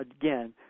again